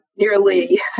nearly